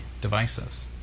devices